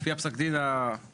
לפי פסק הדין המדובר.